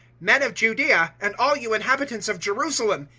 men of judaea, and all you inhabitants of jerusalem,